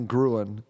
Gruen